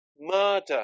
murder